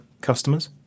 customers